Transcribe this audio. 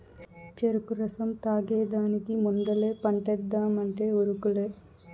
చెరుకు రసం తాగేదానికి ముందలే పంటేద్దామంటే ఉరుకులే